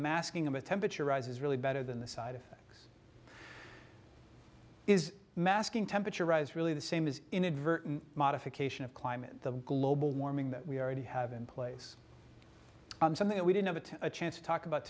masking of a temperature rise is really better than the side effects is masking temperature rise really the same as inadvertent modification of climate the global warming that we already have in place and something that we didn't have a chance to talk about